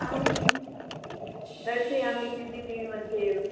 अहं दर्शयामि CCTV मध्ये एव